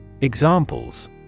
Examples